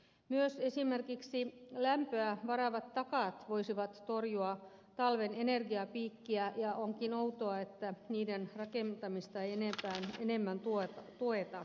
myös esimerkiksi lämpöä varaavat takat voisivat torjua talven energiapiikkiä ja onkin outoa että niiden rakentamista ei enemmän tueta